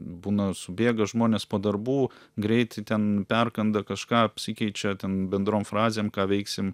būna subėga žmonės po darbų greitai ten perkanda kažką apsikeičia ten bendrom frazėm ką veiksim